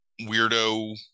weirdo